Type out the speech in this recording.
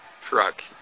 truck